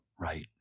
Right